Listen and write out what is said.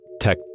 tech